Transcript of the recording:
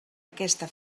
aquesta